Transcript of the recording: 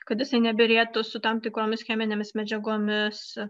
kad jisai nebyrėtų su tam tikromis cheminėmis medžiagomis